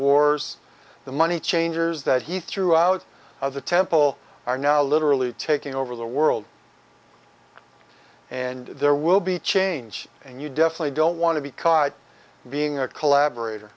wars the money changers that he threw out of the temple are now literally taking over the world and there will be change and you definitely don't want to be caught being a collaborat